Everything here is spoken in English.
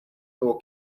door